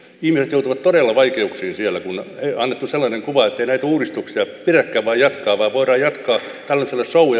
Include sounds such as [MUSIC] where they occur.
ihmiset joutuvat todella vaikeuksiin siellä kun on annettu sellainen kuva ettei näitä uudistuksia pidäkään vain jatkaa vaan voidaan jatkaa tällaisella show [UNINTELLIGIBLE]